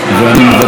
ואני מבקש,